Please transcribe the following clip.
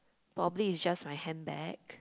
probably it's just my handbag